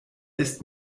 ist